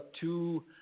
two